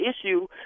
issue